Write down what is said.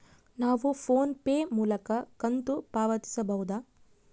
ನಾವು ಫೋನ್ ಪೇ ಮೂಲಕ ಕಂತು ಪಾವತಿಸಬಹುದಾ?